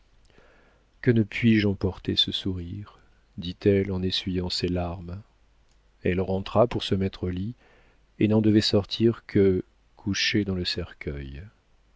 que ne puis-je emporter ce sourire dit-elle en essuyant ses larmes elle rentra pour se mettre au lit et n'en devait sortir que couchée dans le cercueil